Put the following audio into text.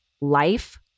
life